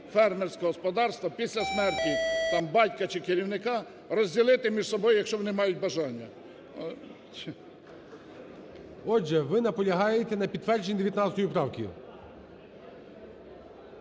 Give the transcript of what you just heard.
фермерського господарства після смерті там батька чи керівника розділити між собою, якщо вони мають бажання. ГОЛОВУЮЧИЙ. Отже, ви наполягаєте на підтвердженні 19 поправки.